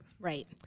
Right